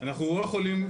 אנחנו לא יכולים